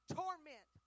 torment